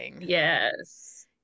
Yes